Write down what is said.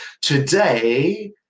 today